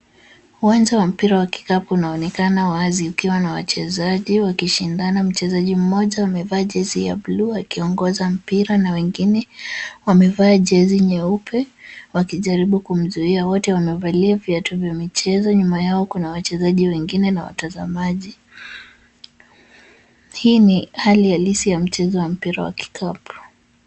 Uwanja wa mpira wa kikapu unaonekana wazi ukiwa na wachezaji wakishindana, mchezaji mmoja amevajezi ya bluu akiongoza mpira na wengine wamevajezi nyeupe. Wakijaribu kumzuia, wote wamevalia viatu vya michezo nyuma yao kuna wachezaji wengine na watazamaji. Hii ni hali ya halisi ya mchezo wa mpira wa kikapu.